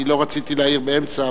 אני לא רציתי להעיר באמצע,